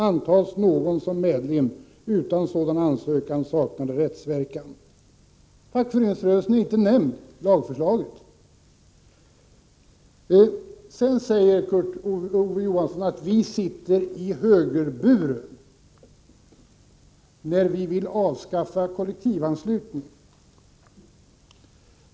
Antas någon som medlem utan sådan ansökan, saknar det rättsverkan.” Fackföreningsrörelsen är inte nämnd i lagförslaget! Sedan säger Kurt Ove Johansson att vi sitter i högerburen när vi vill avskaffa kollektivanslutningen.